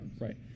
Right